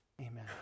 amen